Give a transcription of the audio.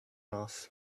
off